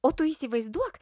o tu įsivaizduok